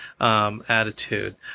attitude